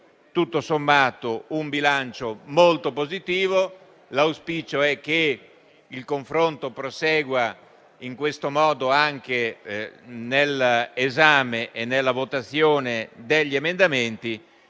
Tutto sommato, quindi, il bilancio è molto positivo; l'auspicio è che il confronto prosegua in questo modo anche nell'esame e nella votazione degli emendamenti,